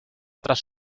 tras